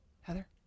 Heather